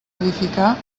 edificar